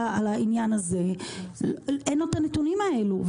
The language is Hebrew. העניין הזה אין לו את הנתונים האלו.